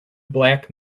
black